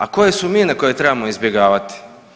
A koje su mine koje trebamo izbjegavati?